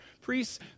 Priests